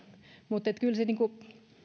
mutta